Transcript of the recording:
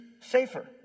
safer